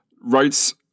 writes